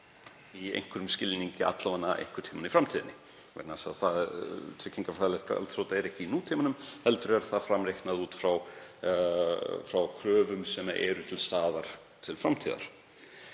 í einhverjum skilningi, alla vega einhvern tímann í framtíðinni. Tryggingafræðilegt gjaldþrot er ekki í nútímanum, heldur er það framreiknað út frá kröfum sem eru til staðar til framtíðar.